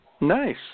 Nice